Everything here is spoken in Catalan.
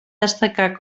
destacar